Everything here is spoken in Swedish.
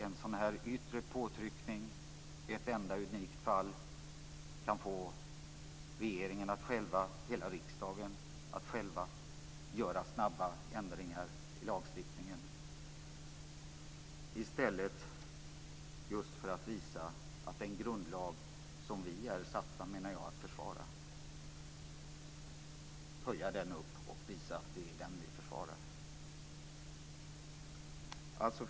En yttre påtryckning, ett enda unikt fall, kan få hela riksdagen att själv göra snabba ändringar i lagstiftningen. I stället borde vi just visa att vi är beredda att höja och försvara den grundlag som vi, menar jag, är satta att försvara. Fru talman!